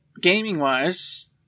gaming-wise